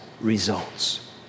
results